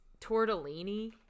tortellini